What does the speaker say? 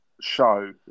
Show